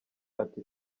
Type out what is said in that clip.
ati